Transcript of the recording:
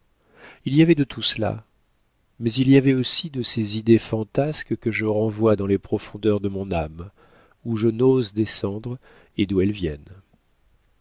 il y avait de tout cela mais il y avait aussi de ces idées fantasques que je renvoie dans les profondeurs de mon âme où je n'ose descendre et d'où elles viennent